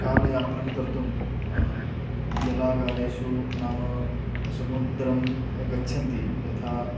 कालयापनं कर्तुं जलागारेषु नाम समुद्रं गच्छन्ति यथा